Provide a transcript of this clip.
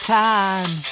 time